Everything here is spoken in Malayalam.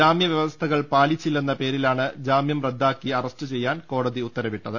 ജാമ്യ വ്യവസ്ഥകൾ പാലിച്ചില്ലെന്ന പേരിലാണ് ജാമൃം റദ്ദാക്കി അറസ്റ്റ് ചെയ്യാൻ കോടതി ഉത്തരവിട്ടത്